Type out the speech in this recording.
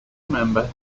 remember